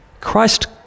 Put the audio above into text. Christ